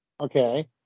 okay